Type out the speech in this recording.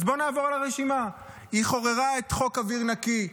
אז בואו נעבור על הרשימה: היא חוררה את חוק אוויר נקי,